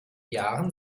jahren